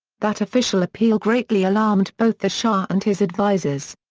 that official appeal greatly alarmed both the shah and his advisors.